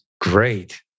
great